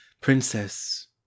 princess